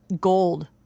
gold